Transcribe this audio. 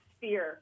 fear